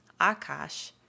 Akash